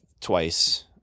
twice